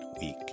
week